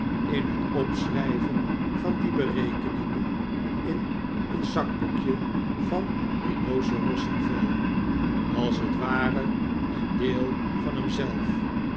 in het opschryven van die berekeningen in een zakboekje van rhinocerossenvel als t ware een deel van hem zelf